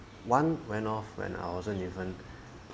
one went off when I wasn't even